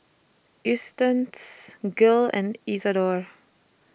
Eustace Gil and Isadore